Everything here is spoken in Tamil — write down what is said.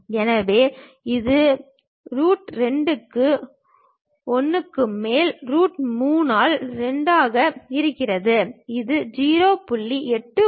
எனவே இது ரூட் 2 க்கு 1 க்கு மேல் ரூட் 3 ஆல் 2 ஆக இருக்கும் இது 0